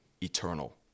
eternal